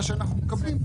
מה שאנחנו מקבלים,